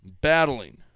battling